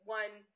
one